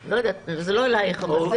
אני לא יודעת, לא אלייך, הנושא.